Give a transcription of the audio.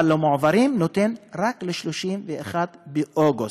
אבל למועברים נותן רק עד 31 באוגוסט.